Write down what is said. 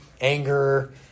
anger